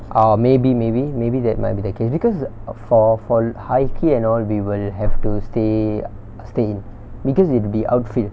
uh maybe maybe maybe that might be the case because ah for for high key and all we will have to stay stay in because it'll be outfield